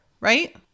right